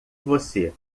você